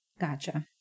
Gotcha